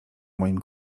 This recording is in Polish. moim